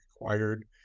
required